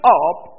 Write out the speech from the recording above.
up